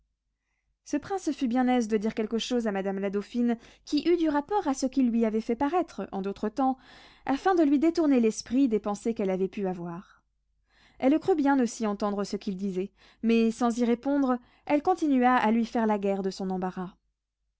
ce prince fut bien aise de dire quelque chose à madame la dauphine qui eût du rapport à ce qu'il lui avait fait paraître en d'autres temps afin de lui détourner l'esprit des pensées qu'elle avait pu avoir elle crut bien aussi entendre ce qu'il disait mais sans y répondre elle continua à lui faire la guerre de son embarras